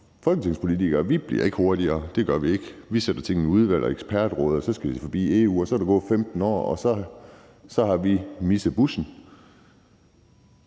Folketingspolitikere bliver ikke hurtigere. Det gør vi ikke. Vi sætter ting i udvalg og ekspertråd, og så skal det forbi EU, og så er der gået 15 år, og så har vi misset bussen.